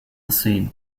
scene